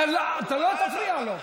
אתה לא תפריע לו.